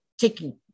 taking